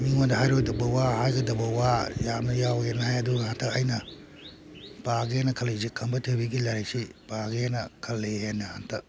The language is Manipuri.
ꯃꯤꯉꯣꯟꯗ ꯍꯥꯏꯔꯣꯏꯗꯕ ꯋꯥ ꯍꯥꯏꯒꯗꯕ ꯋꯥ ꯌꯥꯝꯅ ꯌꯥꯎꯋꯦꯅ ꯍꯥꯏ ꯑꯗꯨ ꯍꯟꯇꯛ ꯑꯩꯅ ꯄꯥꯒꯦꯅ ꯈꯜꯂꯛꯏꯁꯤ ꯈꯝꯕ ꯊꯣꯏꯕꯤꯒꯤ ꯂꯥꯏꯔꯤꯛꯁꯤ ꯄꯥꯒꯦꯅ ꯈꯜꯂꯤ ꯑꯩꯅ ꯍꯟꯇꯛ